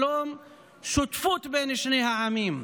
שלום ושותפות בין שני העמים.